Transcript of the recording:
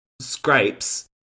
scrapes